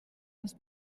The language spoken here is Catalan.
els